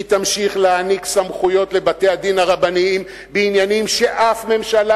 והיא תמשיך להעניק סמכויות לבתי-הדין הרבניים בעניינים שאף ממשלה